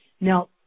Now